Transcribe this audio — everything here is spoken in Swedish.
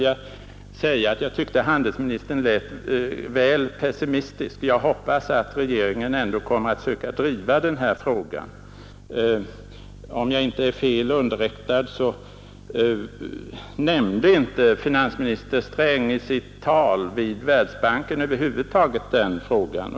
Jag tyckte att handelsministern lät väl pessimistisk i det stycket. Jag hoppas att regeringen ändå kommer att söka driva den frågan. Om jag inte är fel underrättad, nämnde inte finansminister Sträng i sitt tal i Världsbanken över huvud taget den frågan.